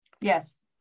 yes